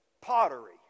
pottery